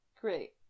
Great